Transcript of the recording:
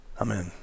Amen